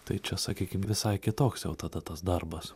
tai čia sakykim visai kitoks jau tada tas darbas